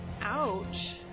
Ouch